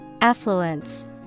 Affluence